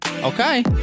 Okay